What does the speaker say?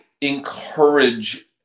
encourage